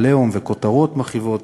"עליהום" וכותרות מכאיבות.